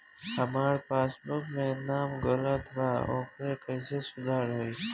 हमार पासबुक मे नाम गलत बा ओके कैसे सुधार होई?